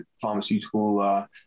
pharmaceutical